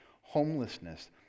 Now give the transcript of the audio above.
homelessness